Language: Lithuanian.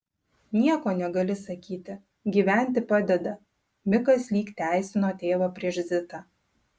nieko negali sakyti gyventi padeda mikas lyg teisino tėvą prieš zitą